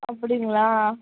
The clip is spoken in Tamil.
அப்படிங்ளா